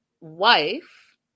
wife